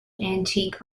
antique